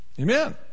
amen